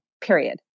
period